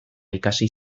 ikasi